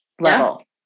level